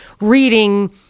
reading